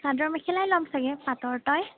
চাদৰ মেখেলাই লম চাগৈ পাটৰ তই